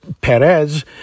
Perez